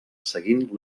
seguint